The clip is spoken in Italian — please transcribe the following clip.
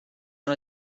una